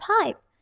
pipe